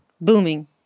booming